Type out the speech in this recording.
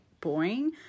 boring